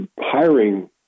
hiring